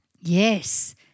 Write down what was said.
Yes